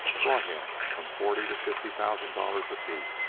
brought him from forty to fifty thousand dollars apiece.